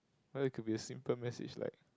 I think it could be a simple message like